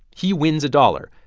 he wins a dollar.